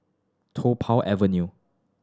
Tung Po Avenue